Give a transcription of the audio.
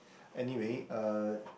anyway uh